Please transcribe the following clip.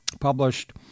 published